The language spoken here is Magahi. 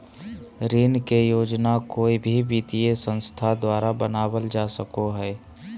ऋण के योजना कोय भी वित्तीय संस्था द्वारा बनावल जा सको हय